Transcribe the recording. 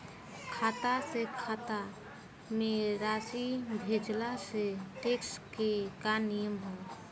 खाता से खाता में राशि भेजला से टेक्स के का नियम ह?